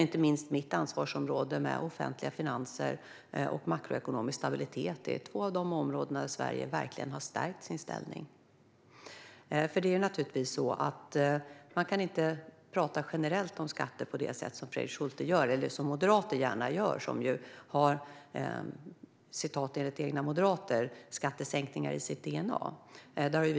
Inte minst offentliga finanser och makroekonomisk stabilitet, som är mitt ansvar, är två av de områden där Sverige verkligen har stärkt sin ställning. Man kan inte prata generellt om skatter på det sätt som Fredrik Schulte och Moderaterna - som ju enligt ett citat från moderater har skattesänkningar i sitt DNA - gärna gör.